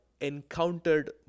encountered